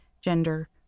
gender